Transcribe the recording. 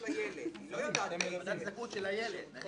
היא קובעת את הזכאות של הילד, היא